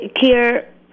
care